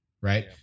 Right